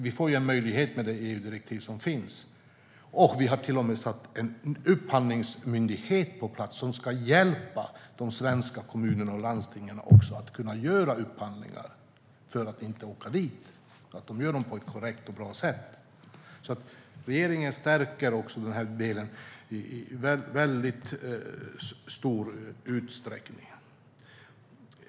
Vi får ju en möjlighet med det EU-direktiv som finns, och vi har till och med satt en upphandlingsmyndighet på plats som ska hjälpa de svenska kommunerna och landstingen att göra upphandlingar på ett korrekt och bra sätt. Regeringen stärker alltså den här delen i mycket stor utsträckning.